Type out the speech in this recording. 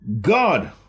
god